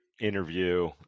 interview